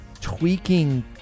Tweaking